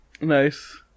Nice